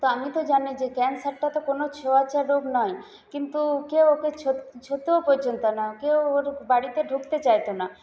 তো আমি তো জানি যে ক্যান্সারটা তো কোনো ছোঁয়াচে রোগ নয় কিন্তু কেউ ওকে ছুঁতোও পর্যন্ত না কেউ ওর বাড়িতে ঢুকতে চাইতো না